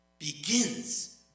begins